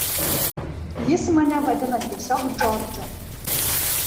jis mane vadina tiesiog džordžu